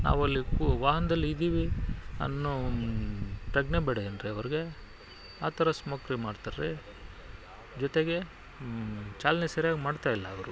ನಾವು ಅಲ್ಲಿ ವಾಹನದಲ್ಲಿದ್ದೀವಿ ಅನ್ನೋ ಒಂದು ಪ್ರಜ್ಞೆ ಬೇಡವೇನ್ರಿ ಅವ್ರಿಗೆ ಆ ಥರ ಸ್ಮೋಕ್ ರೀ ಮಾಡ್ತಾರ್ರೀ ಜೊತೆಗೆ ಚಾಲನೆ ಸರಿಯಾಗಿ ಮಾಡ್ತಾಯಿಲ್ಲ ಅವ್ರು